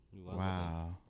Wow